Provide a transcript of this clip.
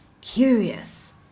curious